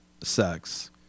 sex